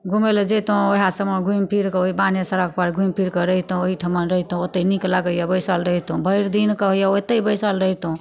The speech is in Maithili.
घूमै लऽ जैतहुँ ओहए सबमे घुमि फिरकऽ ओही बान्हे सड़कपर घुमि फिरकऽ रहितहुँ ओइठमन रहितहुँ ओतै नीक लगैया बैसल रहितहुँ भरि दिनके होइया ओतै बैसल रहितहुँ